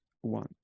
one